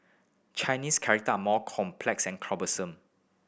Chinese character are complex and cumbersome